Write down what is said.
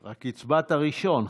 רק שהצבעת ראשון.